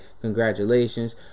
Congratulations